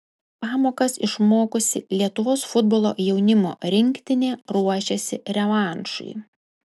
pamokas išmokusi lietuvos futbolo jaunimo rinktinė ruošiasi revanšui